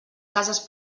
cases